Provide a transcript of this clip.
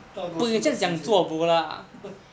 大多数的时间